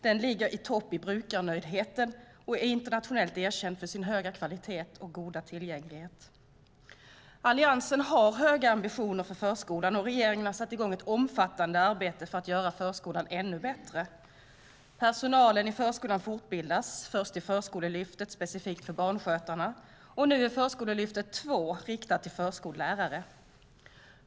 Den ligger i topp i brukarnöjdhet och är internationellt erkänd för sin höga kvalitet och goda tillgänglighet. Alliansen har höga ambitioner för förskolan, och regeringen har satt i gång ett omfattande arbete för att göra förskolan ännu bättre. Personalen i förskolan fortbildas, först i Förskolelyftet specifikt för barnskötarna och nu i Förskolelyftet II riktat till förskollärarna.